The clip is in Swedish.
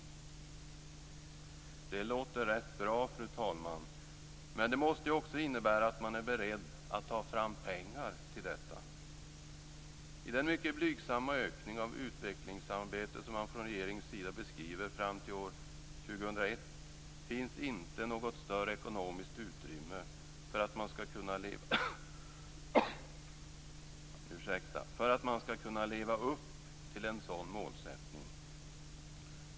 Det låter rätt bra, fru talman, men det måste ju också innebära att man är beredd att ta fram pengar till detta. I den mycket blygsamma ökning av utvecklingssamarbetet som man från regeringens sida beskriver fram till år 2001 finns inte något större ekonomiskt utrymme för att man skall kunna leva upp till en sådan målsättning.